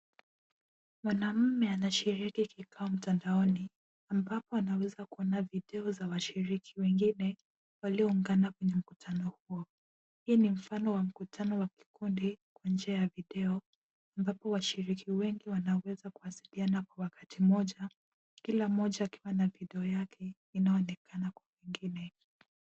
Mwanaume anashiriki kikao mtandaoni ambapo anaweza kuona video za washiriki wengine walioungana kwenye mkutano huo. Hii ni mfano wa mkutano wa kikundi kwa njia ya video, ambapo washiriki wengi wanaweza kuwasiliana kwa wakati moja, kila moja akiwa na video yake inayoonekana kwa wengine.